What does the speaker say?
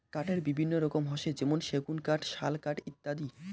কাঠের বিভিন্ন রকম হসে যেমন সেগুন কাঠ, শাল কাঠ ইত্যাদি